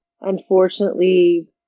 unfortunately